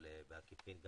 אבל בעקיפין?